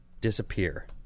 disappear